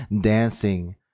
dancing